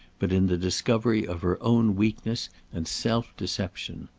but in the discovery of her own weakness and self-deception.